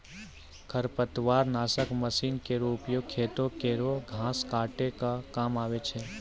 खरपतवार नासक मसीन केरो उपयोग खेतो केरो घास काटै क काम आवै छै